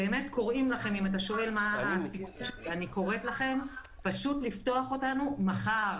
אני קוראת לכם לפתוח אותנו היום, מחר.